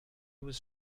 was